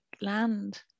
land